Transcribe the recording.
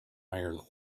iron